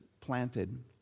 planted